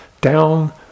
down